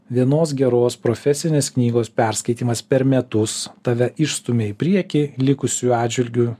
vienos geros profesinės knygos perskaitymas per metus tave išstumia į priekį likusiųjų atžvilgiu